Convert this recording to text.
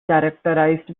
characterized